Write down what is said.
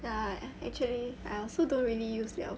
ya actually I also don't really use liao